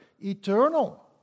eternal